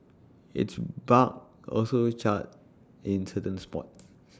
its bark also charred in certain spots